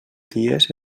dies